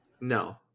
No